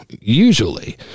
usually